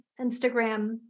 Instagram